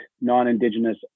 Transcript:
non-Indigenous